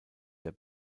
der